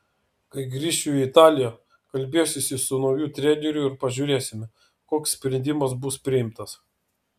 kai grįšiu į italiją kalbėsiuosi su nauju treneriu ir pažiūrėsime koks sprendimas bus priimtas